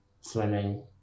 swimming